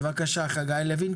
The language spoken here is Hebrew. בבקשה, חגי לוין.